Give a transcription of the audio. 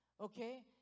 okay